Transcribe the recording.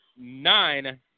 nine